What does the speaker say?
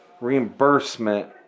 reimbursement